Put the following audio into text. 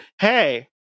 hey